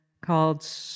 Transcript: called